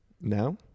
now